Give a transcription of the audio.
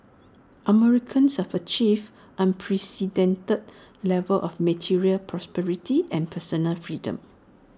Americans have achieved unprecedented levels of material prosperity and personal freedom